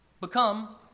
Become